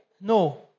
No